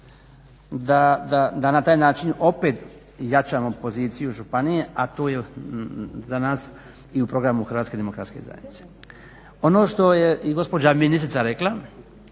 da na taj način opet jačamo poziciju županije, a to je za nas i u programu Hrvatske demokratske zajednice. Ono što je i gospođa ministrica rekla,